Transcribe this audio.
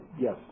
Yes